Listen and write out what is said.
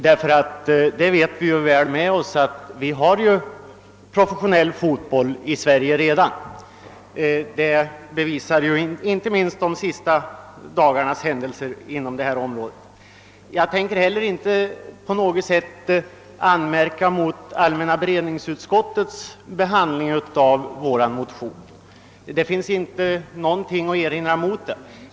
Vi är medvetna om att vi redan har professionell fotboll i Sverige; detta bevisar inte minst de senaste dagarnas händelser inom detta område. Jag tänker inte heller på något sätt anmärka på allmänna beredningsutskot tets behandling av vår motion — det finns ingen anledning att göra det.